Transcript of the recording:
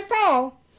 fall